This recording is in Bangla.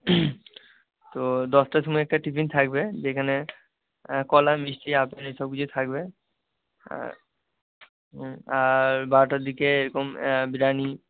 তো দশটার সময় একটা টিফিন থাকবে যেখানে কলা মিষ্টি আপেল এইসব কিছু থাকবে হুম আর বারোটার দিকে এরকম বিরিয়ানি